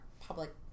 public